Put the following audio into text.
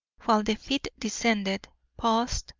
while the feet descended, paused,